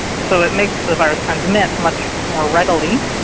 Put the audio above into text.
so it makes the virus transmit much more readily,